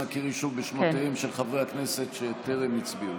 אנא קראי שוב בשמותיהם של חברי הכנסת שטרם הצביעו,